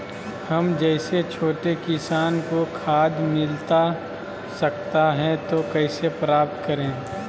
हम जैसे छोटे किसान को खाद मिलता सकता है तो कैसे प्राप्त करें?